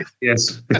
Yes